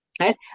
right